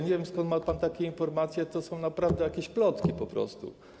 Nie wiem, skąd ma pan takie informacje, to są naprawdę jakieś plotki po prostu.